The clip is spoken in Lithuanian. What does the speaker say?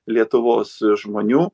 lietuvos žmonių